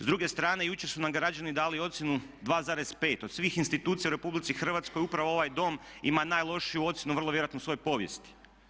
S druge strane, jučer su nam građani dali ocjenu 2,5 od svih institucija u RH upravo ovaj Dom ima najlošiju ocjenu vrlo vjerojatno u svojoj povijesti.